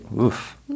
oof